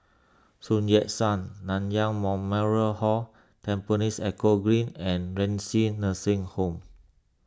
Sun Yat Sen Nanyang Memorial Hall Tampines Eco Green and Renci Nursing Home